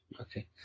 Okay